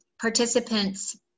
participants